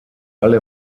alle